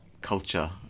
culture